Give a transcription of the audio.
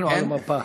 "אנחנו על המפה".